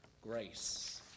grace